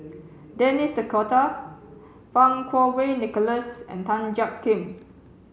Denis D'Cotta Fang Kuo Wei Nicholas and Tan Jiak Kim